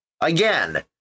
again